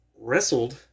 wrestled